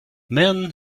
men